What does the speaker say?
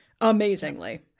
amazingly